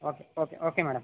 okay okay okay madam